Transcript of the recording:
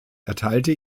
erteilte